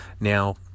Now